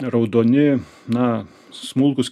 raudoni na smulkūs